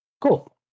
Cool